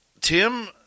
Tim